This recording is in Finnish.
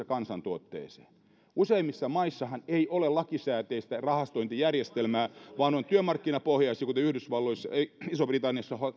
kansantuotteeseen useimmissa maissahan ei ole lakisääteistä rahastointijärjestelmää vaan ne ovat työmarkkinapohjaisia kuten isossa britanniassa